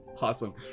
awesome